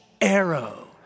arrow